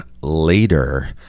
later